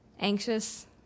anxious